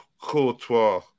Courtois